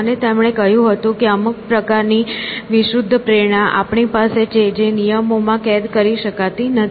અને તેમણે કહ્યું કે અમુક પ્રકારની વિશુદ્ધ પ્રેરણા આપણી પાસે છે જે નિયમોમાં કેદ કરી શકાતી નથી